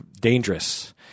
dangerous